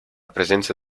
presenza